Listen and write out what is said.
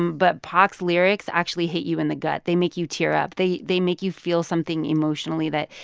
but pac's lyrics actually hit you in the gut. they make you tear up. they they make you feel something emotionally that,